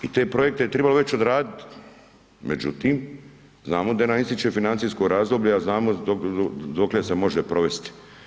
I te projekte je već trebalo odraditi, međutim, znamo da nam ističe financijsko razdoblje, a znamo dokle se može provesti.